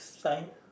science